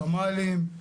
חמ"לים,